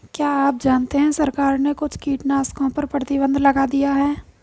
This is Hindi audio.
क्या आप जानते है सरकार ने कुछ कीटनाशकों पर प्रतिबंध लगा दिया है?